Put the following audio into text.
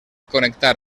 connectar